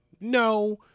no